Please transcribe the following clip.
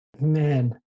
Man